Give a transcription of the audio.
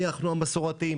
אנחנו המסורתיים,